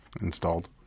installed